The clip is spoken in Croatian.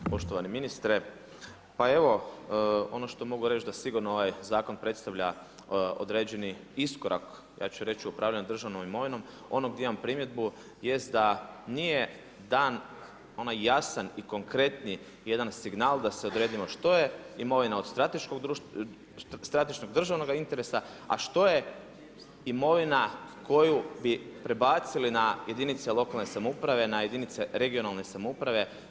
Poštovani ministre, pa evo, ono što mogu reći, da sigurno ovaj zakon predstavlja određeni iskorak ja ću reći u upravljanju državnom imovinu, ono gdje imam primjedbu, jest da nije dan onaj jasan i konkretan jedan signal da se odredimo što je imovina od strateškog državnog interesa, a što je imovina koju bi prebacili na jedinice lokalne samouprave na jedinice lokalne samouprave, na jedinica regionalne samouprave.